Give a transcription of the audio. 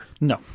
No